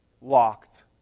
locked